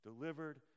Delivered